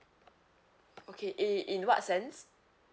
okay in in what sense